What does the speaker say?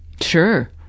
Sure